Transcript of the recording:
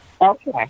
Okay